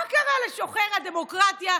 מה קרה לשוחר הדמוקרטיה,